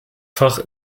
fach